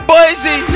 Boise